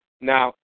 Now